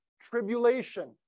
tribulation